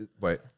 wait